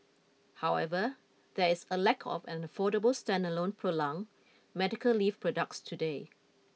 however there is a lack of an affordable standalone prolong medical leave products today